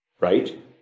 Right